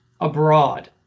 abroad